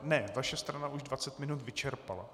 Ne, vaše strana již dvacet minut vyčerpala.